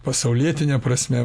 pasaulietine prasme